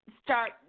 Start